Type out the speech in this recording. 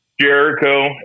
Jericho